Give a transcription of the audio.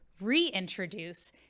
reintroduce